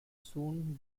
soon